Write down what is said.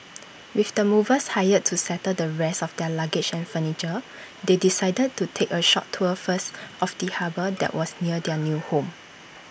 with the movers hired to settle the rest of their luggage and furniture they decided to take A short tour first of the harbour that was near their new home